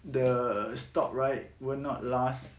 the stock right will not last